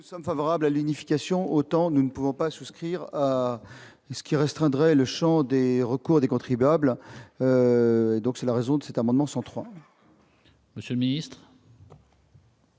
nous sommes favorables à l'unification, autant nous ne pouvons souscrire à la restriction du champ des recours des contribuables. C'est l'objet de cet amendement.